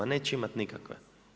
Neće imati nikakve.